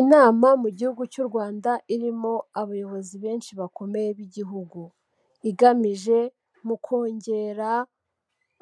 Inama mu Gihugu cy'u Rwanda irimo abayobozi benshi bakomeye b'Igihugu, igamije mu kongera